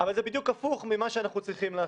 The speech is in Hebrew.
אבל זה בדיוק הפוך ממה שאנחנו צריכים לעשות.